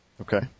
Okay